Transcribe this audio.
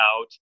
out